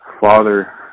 Father